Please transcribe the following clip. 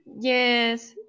Yes